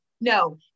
no